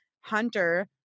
Hunter